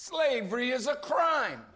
slavery is a crime